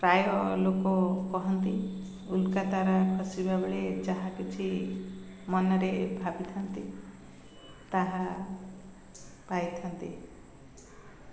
ପ୍ରାୟ ଲୋକ କହନ୍ତି ଉଲ୍କା ତାରା ଖସିବା ବେଳେ ଯାହା କିଛି ମନରେ ଭାବିଥାନ୍ତି ତାହା ପାଇଥାନ୍ତି